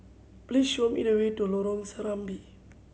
please show me the way to Lorong Serambi